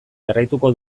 jarraituko